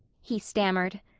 he stammered.